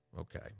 okay